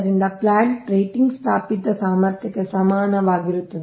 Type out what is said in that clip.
ಆದ್ದರಿಂದ plant rating ಸ್ಥಾಪಿತ ಸಾಮರ್ಥ್ಯಕ್ಕೆ ಸಮಾನವಾಗಿರುತ್ತದೆ